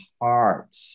heart